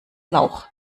lauch